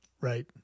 Right